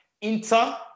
Inter